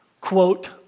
quote